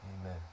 Amen